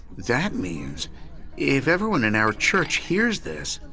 that means if everyone in our church hears this,